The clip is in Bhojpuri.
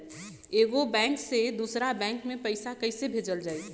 एगो बैक से दूसरा बैक मे पैसा कइसे भेजल जाई?